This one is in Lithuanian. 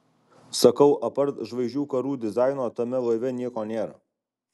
sakau apart žvaigždžių karų dizaino tame laive nieko nėra